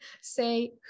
say